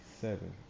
seven